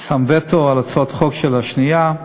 וטו על הצעות חוק של השנייה,